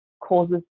causes